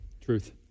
Truth